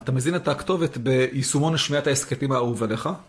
אתה מזין את הכתובת ביישומון השמעת ההסכתים האהוב עליך